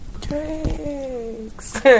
drinks